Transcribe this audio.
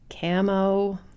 camo